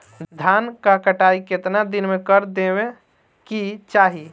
धान क कटाई केतना दिन में कर देवें कि चाही?